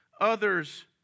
others